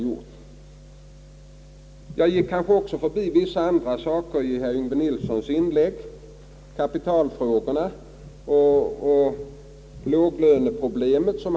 Jag gick kanske också förbi vissa andra saker i herr Yngve Nilssons inlägg. Han behandlade ju kapitalfrågorna och låglöneproblemet.